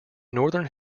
northern